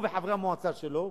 הוא וחברי המועצה שלו,